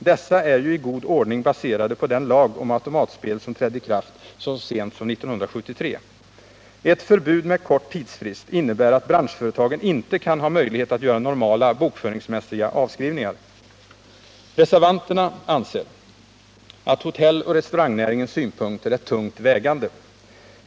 Dessa är ju i god ordning baserade på den lag om automatspel som trädde i kraft så sent som 1973. Ett förbud med kort tidsfrist innebär att branschföretagen inte kan göra normala bokföringsmässiga avskrivningar. Reservanterna anser att hotelloch restaurangnäringens synpunkter är tungt vägande.